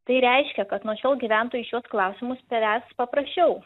tai reiškia kad nuo šiol gyventojai šiuos klausimus spręs paprasčiau